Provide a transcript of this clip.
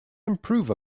improve